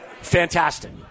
fantastic